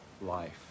life